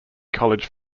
college